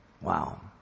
Wow